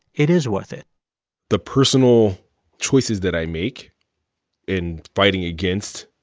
it is worth it the personal choices that i make in fighting against